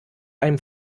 einem